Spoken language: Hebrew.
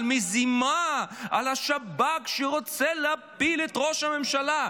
על מזימה, על השב"כ שרוצה להפיל את ראש הממשלה.